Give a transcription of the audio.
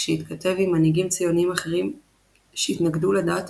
כשהתכתב עם מנהיגים ציוניים אחרים שהתנגדו לדת,